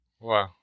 Wow